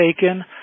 taken